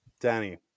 Danny